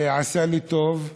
זה עשה לי טוב.